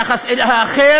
היחס אל האחר